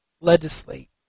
Legislate